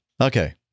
Okay